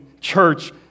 church